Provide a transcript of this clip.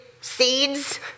seeds